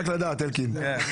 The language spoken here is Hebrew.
רק לדעת, אלקין.